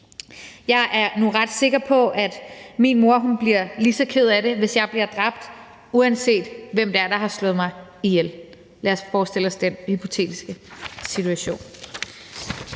Jeg er nu ret sikker på, at min mor bliver lige så ked af det, hvis jeg bliver dræbt, uanset hvem det er, der har slået mig ihjel. Så for at opsummere er det,